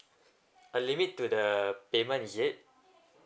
a limit to the payment is it